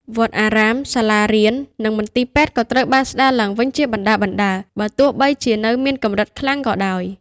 វត្តអារាម សាលារៀន និងមន្ទីរពេទ្យក៏ត្រូវបានស្ដារឡើងវិញជាបណ្ដើរៗ បើទោះបីជានៅមានកម្រិតខ្លាំងក៏ដោយ។